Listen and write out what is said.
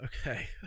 Okay